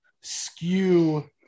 skew –